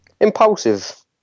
Impulsive